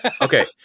Okay